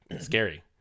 scary